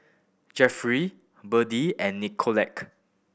Jefferey Beadie and Nicolette